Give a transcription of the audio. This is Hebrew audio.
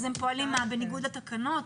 הם פועלים בניגוד לתקנות?